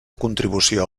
contribució